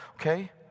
okay